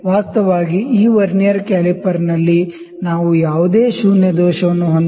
ವಾಸ್ತವವಾಗಿ ಈ ವರ್ನಿಯರ್ ಕ್ಯಾಲಿಪರ್ನಲ್ಲಿ ನಾವು ಯಾವುದೇ ಶೂನ್ಯ ದೋಷವನ್ನು ಹೊಂದಿಲ್ಲ